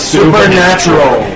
Supernatural